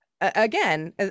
again